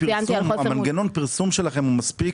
מנגנון הפרסום שלכם הוא מספיק?